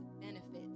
benefits